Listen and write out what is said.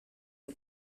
zum